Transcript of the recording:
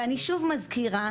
ואני שוב מזכירה,